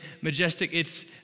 Majestic—it's